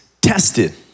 tested